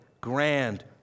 grand